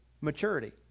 Maturity